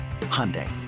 Hyundai